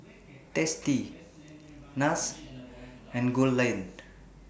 tasty Nars and Goldlion